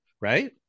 right